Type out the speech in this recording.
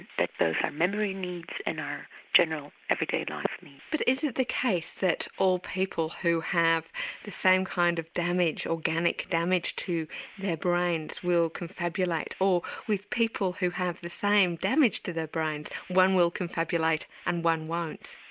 but both our memory needs and our general everyday life needs. but is it the case that all people who have the same kind of damage, organic damage to their brains will confabulate or with people who have the same damage to their brains, one will confabulate and one won't?